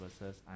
versus